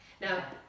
Now